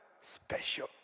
special